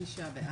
שישה בעד.